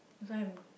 that's why I'm